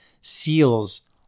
Seals